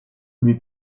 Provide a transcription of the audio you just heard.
lui